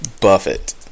Buffett